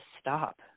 stop